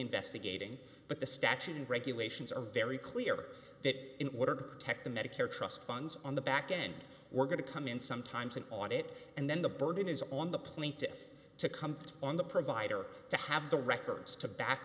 investigating but the statute and regulations are very clear that in order to protect the medicare trust funds on the back end we're going to come in sometimes an audit and then the burden is on the plaintiffs to come on the provider to have the records to back